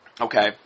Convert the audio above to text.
Okay